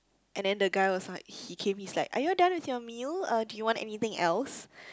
and then the guy was like he came he's like are you all done with your meal uh do you want anything else